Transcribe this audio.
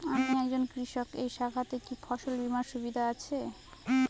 আমি একজন কৃষক এই শাখাতে কি ফসল বীমার সুবিধা আছে?